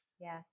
Yes